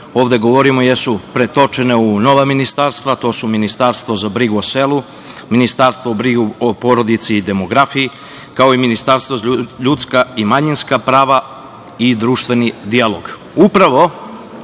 ovde govorimo jesu pretočene u nova ministarstva. To su ministarstvo za brigu o selu, ministarstvo za brigu o porodici i demografiji, kao i ministarstvo za ljudska i manjinska prava i društveni dijalog. Upravo